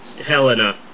Helena